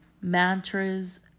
mantras